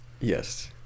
Yes